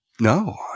No